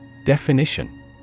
Definition